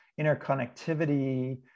interconnectivity